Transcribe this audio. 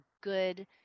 good